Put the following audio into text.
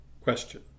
Question